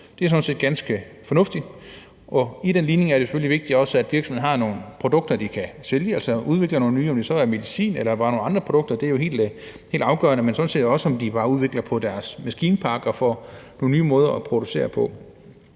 Det er sådan set ganske fornuftigt, og i den ligning er det selvfølgelig også vigtigt, at virksomhederne har nogle produkter, de kan sælge, og udvikler nogle nye, om det så er medicin eller bare nogle andre produkter – det er helt afgørende – men sådan set også om de bare udvikler på deres maskinpark og får nye måder at producere på.